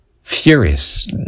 Furious